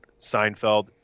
Seinfeld